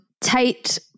tight